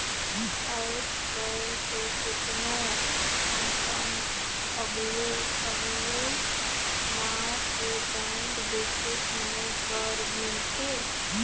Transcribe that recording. आयज कायल तो केतनो अकन अगले अगले नांव के बैंक देखे सुने बर मिलथे